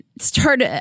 start